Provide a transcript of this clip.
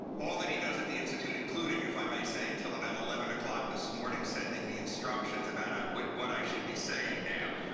all that he does at the institute, including, if i may say, until about eleven o'clock this morning sending me instructions about what what i should be saying now.